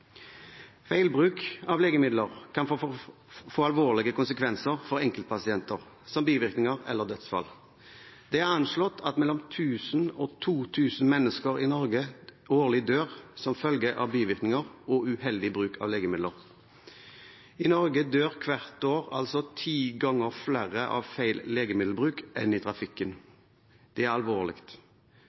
av legemidler kan få alvorlige konsekvenser for enkeltpasienter, som bivirkninger eller dødsfall. Det er anslått at mellom 1 000 og 2 000 mennesker i Norge årlig dør som følge av bivirkninger og uheldig bruk av legemidler. I Norge dør hvert år altså ti ganger flere av feil legemiddelbruk enn i trafikken. Det er alvorlig.